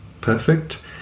perfect